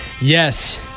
yes